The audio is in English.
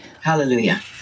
Hallelujah